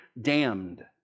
damned